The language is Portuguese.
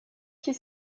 que